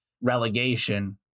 relegation